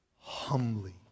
humbly